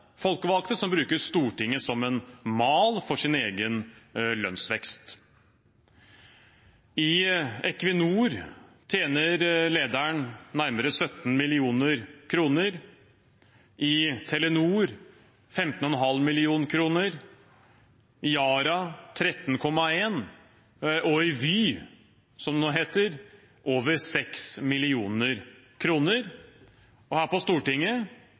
folkevalgte som bruker Stortinget som mal for sin egen lønnsvekst. I Equinor tjener lederen nærmere 17 mill. kr, i Telenor 15,5 mill. kr, i Yara 13,1 mill. kr og i Vy – som det nå heter – over 6 mill. kr. Her på Stortinget